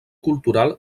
cultural